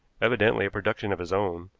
evidently a production of his own,